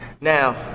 Now